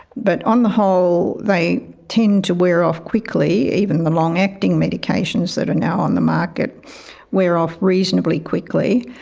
but on the whole they tend to wear off quickly, even the long acting medications that are now on the market wear off reasonably quickly.